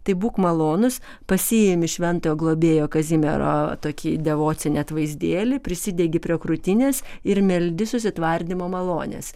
tai būk malonus pasiimi šventojo globėjo kazimiero tokį devocinį atvaizdėlį prisidegi prie krūtinės ir meldi susitvardymo malonės